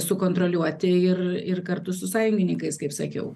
sukontroliuoti ir ir kartu su sąjungininkais kaip sakiau